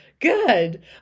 Good